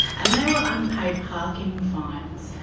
and they were unpaid parking fines.